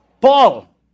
Paul